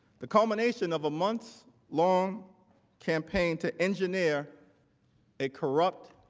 the culmination of a month long campaign to engineer a corrupt